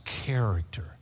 character